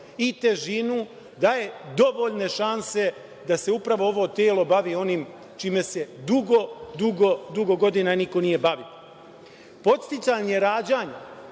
i težinu, daje dovoljne šanse da se upravo ovo telo bavi onim čime se dugo, dugo, dugo godina niko nije bavio. Podsticanje rađanja